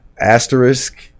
Asterisk